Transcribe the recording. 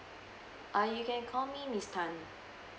uh you can call me miss tan